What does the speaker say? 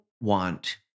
want